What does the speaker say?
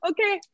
Okay